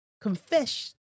Confess